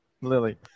Lily